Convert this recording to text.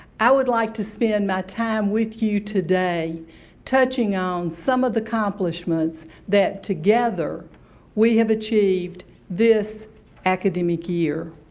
i would like to spend my time with you today touching on some of the accomplishments that together we have achieved this academic year.